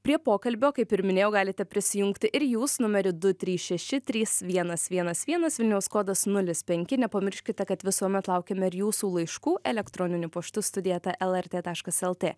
prie pokalbio kaip ir minėjau galite prisijungti ir jūs numeriu du trys šeši trys vienas vienas vienas vilniaus kodas nulis penki nepamirškite kad visuomet laukiame ir jūsų laiškų elektroniniu paštu studija eta lrt taškas lt